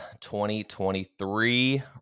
2023